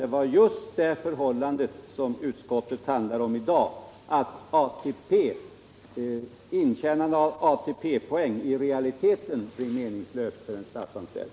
Det var i stället just det förhållande som utskottsbetänkandet handlar om, nämligen att intjänadet av ATP-poäng i realiteten blir meningslöst för en statsanställd.